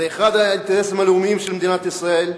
זה אחד האינטרסים הלאומיים של מדינת ישראל,